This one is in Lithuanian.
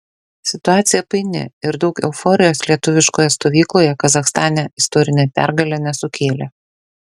situacija paini ir daug euforijos lietuviškoje stovykloje kazachstane istorinė pergalė nesukėlė